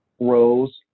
rose